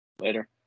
Later